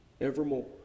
evermore